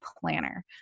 Planner